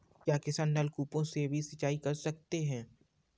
क्या किसान नल कूपों से भी सिंचाई कर सकते हैं?